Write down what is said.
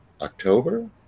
October